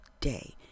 day